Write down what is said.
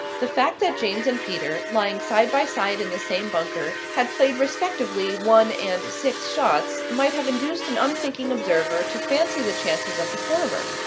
the fact that james and peter, lying side by side in the same bunker, had played respectively one and six shots, might have induced an unthinking observer to fancy the chances of the former.